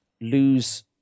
lose